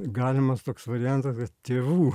galimas toks variantas tėvų